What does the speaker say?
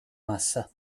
massa